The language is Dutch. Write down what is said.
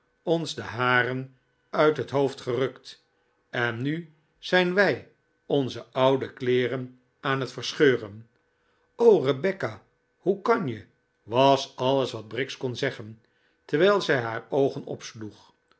ons de haren uit het hoofd gerukt en nu zijn wij onze oude kleeren aan het verscheuren o rebecca hoe kan je was alles wat briggs kon zeggen terwijl zij haar oogen opsloeg